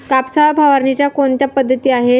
कापसावर फवारणीच्या कोणत्या पद्धती आहेत?